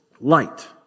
light